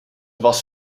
was